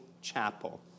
Chapel